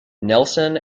nelson